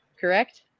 correct